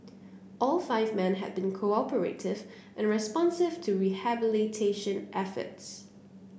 all five men had been cooperative and responsive to rehabilitation efforts